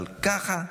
אבל ככה?